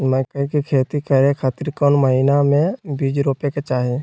मकई के खेती करें खातिर कौन महीना में बीज रोपे के चाही?